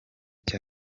cya